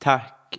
Tack